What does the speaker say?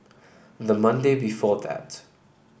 the Monday before that